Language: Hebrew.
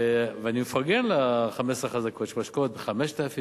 ואני מפרגן ל-15 החזקות שמשקיעות 5,000